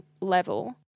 level